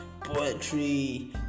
poetry